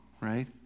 right